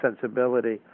sensibility